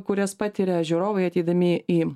kurias patiria žiūrovai ateidami į